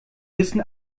wissen